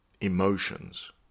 emotions